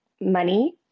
money